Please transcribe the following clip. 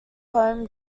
home